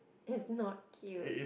is not cute